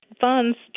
funds